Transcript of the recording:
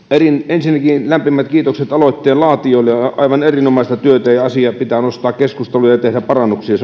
ensinnäkin lämpimät kiitokset aloitteen laatijoille aivan erinomaista työtä ja asia pitää nostaa keskusteluun ja tehdä parannuksia